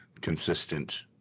consistent